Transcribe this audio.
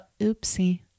oopsie